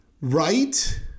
Right